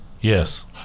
yes